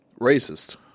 Racist